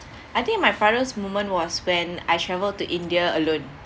I think my proudest moment was when I travel to india alone